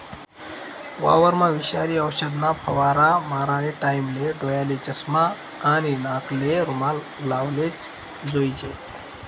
वावरमा विषारी औषधना फवारा मारानी टाईमले डोयाले चष्मा आणि नाकले रुमाल लावलेच जोईजे